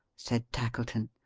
said tackleton,